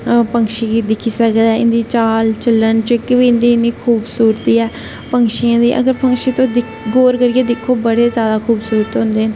पक्षी गी दिक्खी सकदा ऐ इंदी चाल चलन जेहकी बी इंदी इनी खूबसूरती ऐ पक्षी दे मतलब पक्षी तुस गौर करियै दिक्खो बडे़ ज्यादा खूबसूरत होंदे ना